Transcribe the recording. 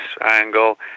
angle